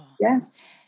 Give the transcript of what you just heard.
Yes